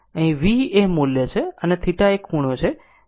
અહીં V એ મુલ્ય છે અને θ એ ખૂણો છે V ખૂણો θ લખો